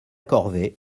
corvée